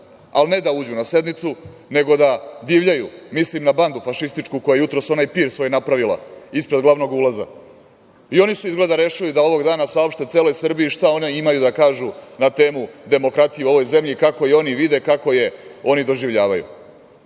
ali ne da uđu na sednicu, nego da divljaju. Mislim da bandu fašističku koji jutros onaj pir svoj napravila ispred glavnog ulaza i oni su izgleda rešili da ovog dana saopšte celoj Srbiji šta oni imaju da kažu na temu demokratiju u ovoj zemlji kako i oni vide i kako je oni doživljavaju. Pošli